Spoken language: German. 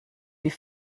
die